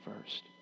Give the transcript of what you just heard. first